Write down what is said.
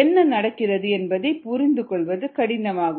என்ன நடக்கிறது என்பதைப் புரிந்து கொள்வது கடினம் ஆகும்